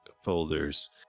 folders